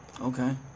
Okay